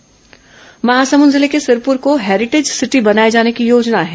सिरपर heritage city Mahasamund जिले के सिरपुर को हेरिटेज सिटी बनाए जाने की योजना है